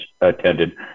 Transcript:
attended